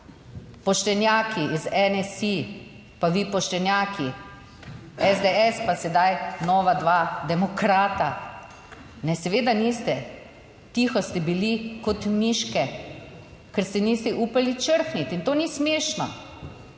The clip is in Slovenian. Poštenjaki iz NSi pa vi poštenjaki SDS, pa sedaj nova dva demokrata. Ne, seveda niste, tiho ste bili kot miške, ker se niste upali črhniti. In to ni smešno.